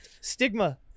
stigma